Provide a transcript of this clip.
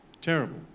Terrible